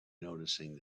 noticing